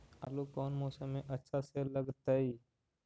आलू कौन मौसम में अच्छा से लगतैई?